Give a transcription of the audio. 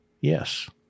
Yes